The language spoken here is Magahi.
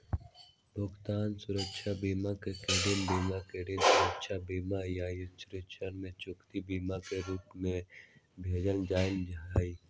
भुगतान सुरक्षा बीमा के क्रेडिट बीमा, क्रेडिट सुरक्षा बीमा, या ऋण चुकौती बीमा के रूप में भी जानल जा हई